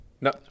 No